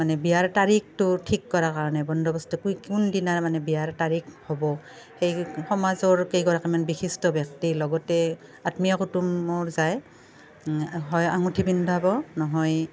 মানে বিয়াৰ তাৰিখটো ঠিক কৰা কাৰণে বন্দবস্ত কি কোনদিনা মানে বিয়াৰ তাৰিখ হ'ব সেই সমাজৰ কেইগৰাকীমান বিশিষ্ট ব্যক্তিৰ লগতে আত্মীয় কুটুমো যায় হয় আঙুঠি পিন্ধাব নহয়